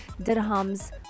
dirhams